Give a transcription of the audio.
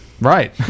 Right